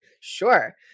Sure